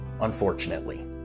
Unfortunately